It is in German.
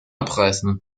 abreißen